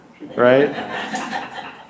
right